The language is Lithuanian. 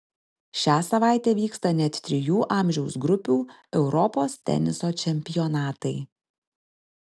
šią savaitę vyksta net trijų amžiaus grupių europos teniso čempionatai